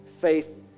faith